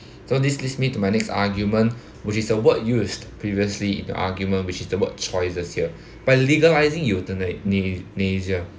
so this leads me to my next argument which is a word used previously the argument which is the word choices here by legalizing euthana~ na~ nasia~